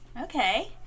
Okay